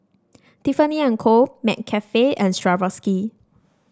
Tiffany And Co McCafe and Swarovski